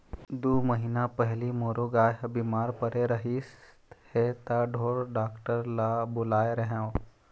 दू महीना पहिली मोरो गाय ह बिमार परे रहिस हे त ढोर डॉक्टर ल बुलाए रेहेंव